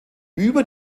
über